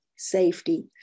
safety